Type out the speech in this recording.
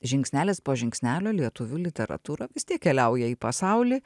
žingsnelis po žingsnelio lietuvių literatūra vis tiek keliauja į pasaulį